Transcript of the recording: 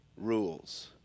rules